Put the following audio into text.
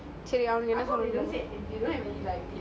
சேரி அவனுக்கு என்ன சொன்னாங்க:seri avanuku enna sonanga